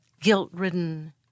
guilt-ridden